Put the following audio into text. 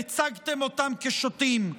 הצגתם אותם כשוטים,